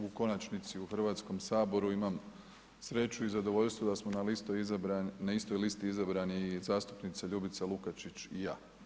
U konačnici u Hrvatskom saboru imam sreću i zadovoljstvo da smo na istoj listi izabrani zastupnica Ljubica Lukačić i ja.